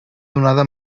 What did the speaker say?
donada